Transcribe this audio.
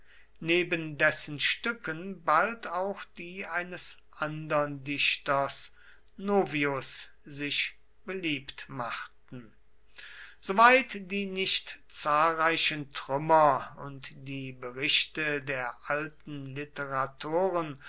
neben dessen stücken bald auch die eines andern dichters novius sich beliebt machten soweit die nicht zahlreichen trümmer und die berichte der alten literatoren